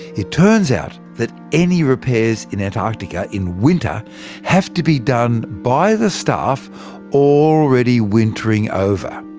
it turns out that any repairs in antarctica in winter have to be done by the staff already wintering over.